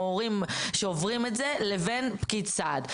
או הורים שעוברים את זה לבין פקיד סעד.